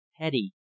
petty